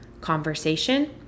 conversation